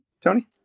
Tony